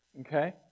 Okay